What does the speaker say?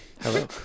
Hello